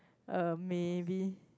uh maybe